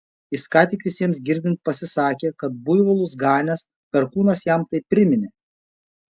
jis ką tik visiems girdint pasisakė kad buivolus ganęs perkūnas jam tai priminė